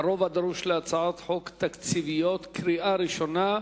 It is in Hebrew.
(הרוב הדרוש להצעות חוק תקציביות), קריאה הראשונה.